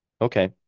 Okay